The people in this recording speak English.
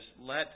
let